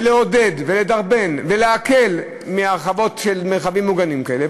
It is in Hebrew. ולעודד ולדרבן ולהקל על הרחבות של מרחבים מוגנים כאלה?